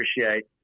appreciate